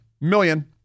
million